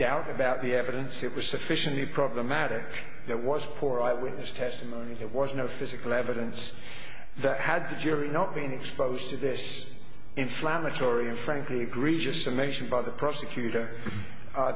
doubt about the evidence it was sufficiently problematic that was poor eyewitness testimony there was no physical evidence that had the jury not been exposed to this inflammatory and frankly egregious summation by the prosecutor